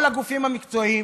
כל הגופים המקצועיים